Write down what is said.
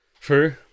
True